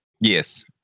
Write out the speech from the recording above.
Yes